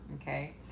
okay